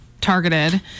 targeted